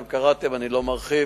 אתם קראתם ואני לא מרחיב,